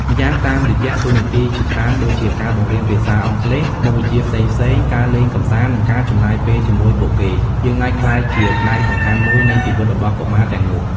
ម្យ៉ាងតាមរយៈតួនាទីជាច្រើនដូចជា ការបង្រៀនភាសាអង់គ្លេស មុខវិជ្ជាផ្សេងៗ ការលេងកម្សាន្ត និងការចំណាយពេលជាមួយពួកគេ យើងអាចក្លាយជាផ្នែកសំខាន់មួយនៃជីវិតរបស់កុមារទាំងនោះ។